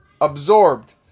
absorbed